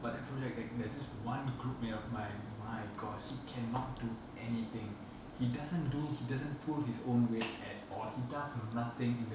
but that project there there's this one group mate of mine my god he cannot do anything he doesn't do he doesn't pull his own weight at all he does nothing in the